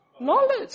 knowledge